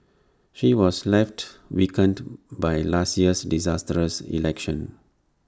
she was left weakened by last year's disastrous election